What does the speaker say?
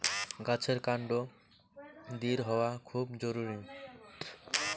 গাছের কান্ড দৃঢ় হওয়া খুব জরুরি